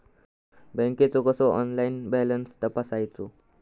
बँकेचो कसो online balance तपासायचो?